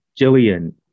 Jillian